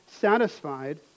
satisfied